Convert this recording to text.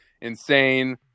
insane